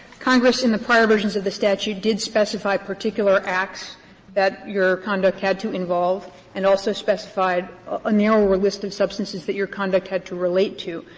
congress, in the prior versions of the statute, did specify particular acts that your conduct had to involve and also specified a narrower list of substances that your conduct had to relate to.